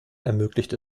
ermöglicht